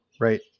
Right